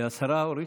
השרה אורית,